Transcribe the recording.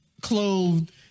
clothed